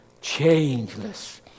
Changeless